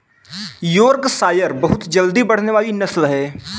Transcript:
Yorkshire बहुत जल्दी बढ़ने वाली नस्ल है